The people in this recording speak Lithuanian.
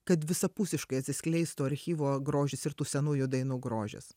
kad visapusiškai atsiskleistų archyvo grožis ir tų senųjų dainų grožis